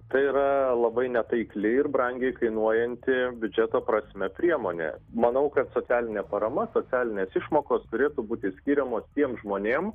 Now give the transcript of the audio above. tai yra labai netaikli ir brangiai kainuojanti biudžeto prasme priemonė manau kad socialinė parama socialinės išmokos turėtų būti skiriamos tiem žmonėm